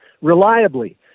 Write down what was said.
reliably